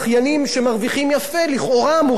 לכאורה אמורים להרוויח יפה בערוץ-2,